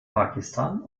pakistan